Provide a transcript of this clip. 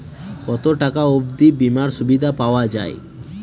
কত টাকা অবধি বিমার সুবিধা পাওয়া য়ায়?